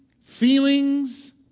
feelings